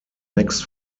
next